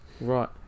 right